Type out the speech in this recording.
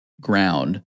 ground